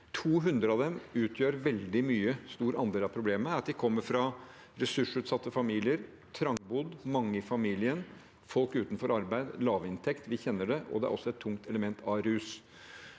200 av dem utgjør en stor del av problemet – er at de kommer fra ressursutsatte familier, er trangbodde med mange i familien, er folk utenfor arbeid eller har lav inntekt. Vi kjenner til det, og det er også et tungt element av rus.